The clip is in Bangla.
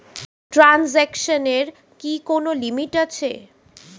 ট্রানজেকশনের কি কোন লিমিট আছে?